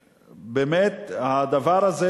ובאמת, הדבר הזה